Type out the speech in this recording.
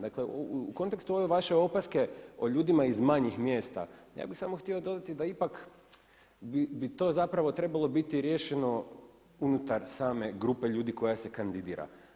Dakle, u kontekstu ove vaše opaske o ljudima iz manjih mjesta, ja bih samo htio dodati da ipak bi to zapravo trebalo biti riješeno unutar same grupe ljudi koja se kandidira.